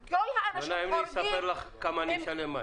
אם כל האנשים חורגים -- לא נעים לי לספר לך כמה אני משלם על מים.